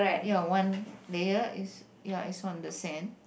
ya one layer is ya is on the sand